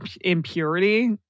impurity